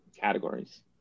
categories